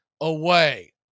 away